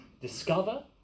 discover